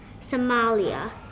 Somalia